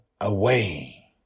away